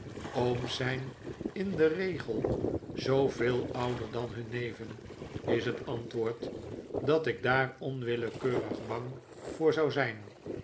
ooms zijn in den regel z veel ouder dan hunne neven is het antwoord dat ik daar onwillekeurig bang voor zou zijn